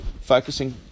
focusing